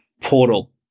portal